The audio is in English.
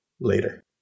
later